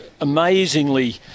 amazingly